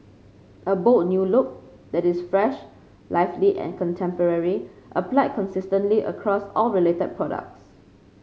a bold new look that is fresh lively and contemporary applied consistently across all related products